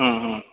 हँ हँ